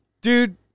Dude